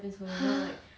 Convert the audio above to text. !huh!